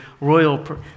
Royal